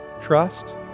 trust